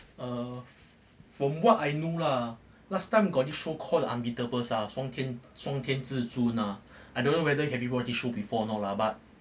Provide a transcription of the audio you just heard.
err from what I know lah last time got this show called the unbeatable lah 双天双天至尊 lah I don't know whether have you watch this show before or not lah but